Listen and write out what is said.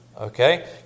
Okay